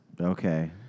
Okay